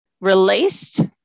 released